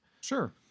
Sure